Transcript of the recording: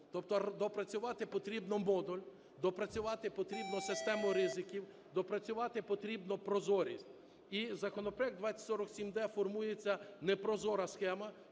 Тобто доопрацювати потрібно модуль, доопрацювати потрібно систему ризиків, доопрацювати потрібно прозорість. І в законопроекті 2047-д формується непрозора схема,